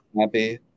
happy